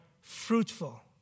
fruitful